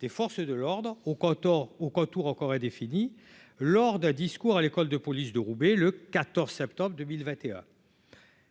des forces de l'ordre au au retour en Corée défini lors d'un discours à l'école de police de Roubaix le 14 septembre 2021,